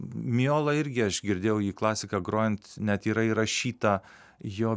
miola irgi aš girdėjau jį klasika grojant net yra įrašyta jo